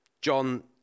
John